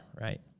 right